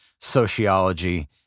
Sociology